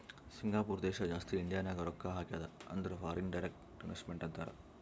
Singapore ದೇಶ ಜಾಸ್ತಿ ಇಂಡಿಯಾನಾಗ್ ರೊಕ್ಕಾ ಹಾಕ್ಯಾದ ಅಂದುರ್ ಫಾರಿನ್ ಡೈರೆಕ್ಟ್ ಇನ್ವೆಸ್ಟ್ಮೆಂಟ್ ಅಂತಾರ್